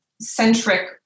centric